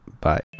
Bye